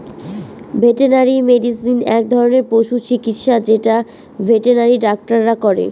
veterinary medicine এক ধরনের পশু চিকিৎসা যেটা ভেটেনারি ডাক্তাররা করে